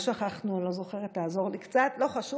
מה שכחנו, לא זוכרת, תעזור לי קצת, לא חשוב